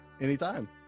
anytime